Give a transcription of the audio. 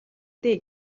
дээ